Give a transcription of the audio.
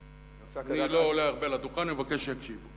אני לא עולה הרבה לדוכן, אני מבקש שיקשיבו.